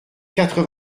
quatre